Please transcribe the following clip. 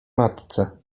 matce